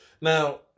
Now